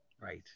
Right